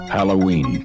Halloween